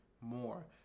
more